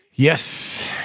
Yes